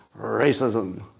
racism